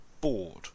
bored